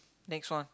next one